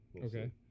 Okay